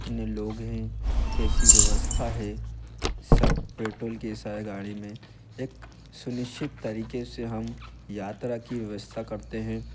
कितने लोग हैं कैसी व्यवस्था है स पेट्रोल कैसा है गाड़ी में एक सुनिश्चित तरीके से हम यात्रा की व्यवस्था करते हैं